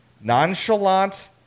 Nonchalant